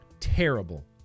Terrible